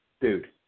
dude